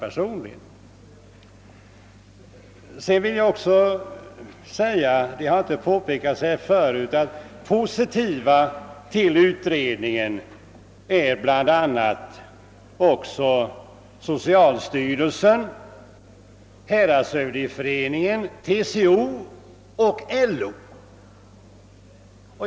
Eftersom det inte påpekats tidigare i debatten vill jag framhålla, att även följande remissinstanser har ställt sig positiva till utredningsförslaget: :socialstyrelsen, <häradshövdingeföreningen, TCO och LO.